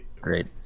Great